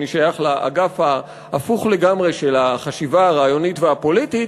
אני שייך לאגף ההפוך לגמרי של החשיבה הרעיונית והפוליטית.